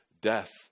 death